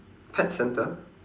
pet centre